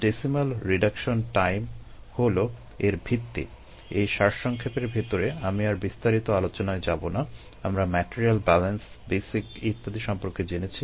decimal reduction time ইত্যাদি সম্পর্কে জেনেছি